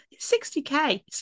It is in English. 60k